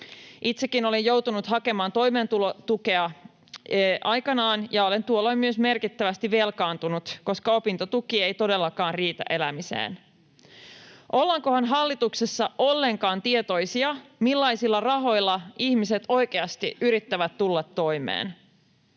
Itsekin olen joutunut hakemaan toimeentulotukea aikanaan, ja olen tuolloin myös merkittävästi velkaantunut, koska opintotuki ei todellakaan riitä elämiseen. Ollaankohan hallituksessa ollenkaan tietoisia, millaisilla rahoilla ihmiset oikeasti yrittävät tulla toimeen?